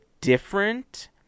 different